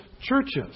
churches